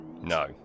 No